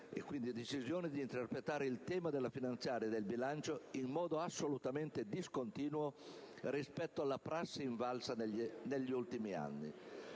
e, quindi, delle decisioni di interpretare il tema della finanziaria e del bilancio in modo assolutamente discontinuo rispetto alla prassi invalsa negli ultimi anni.